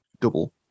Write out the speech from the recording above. double